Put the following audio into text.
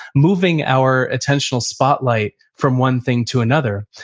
moving our attentional spotlight from one thing to another.